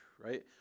right